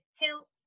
help